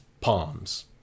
palms